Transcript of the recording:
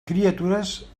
criatures